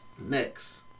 Next